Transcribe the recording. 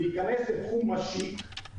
להיכנס לתחום משיק,